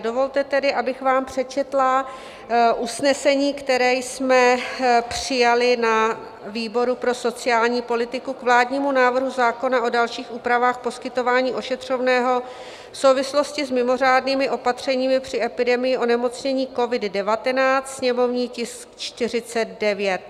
Dovolte tedy, abych vám přečetla usnesení, které jsme přijali na výboru pro sociální politiku k vládnímu návrhu zákona o dalších úpravách poskytování ošetřovného v souvislosti s mimořádnými opatřeními při epidemii onemocnění covid19, sněmovní tisk 49: